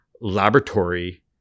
laboratory